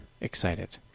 Excited